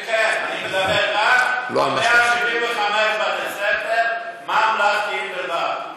כן כן, אני מדבר על 175 בתי-ספר ממלכתיים בלבד.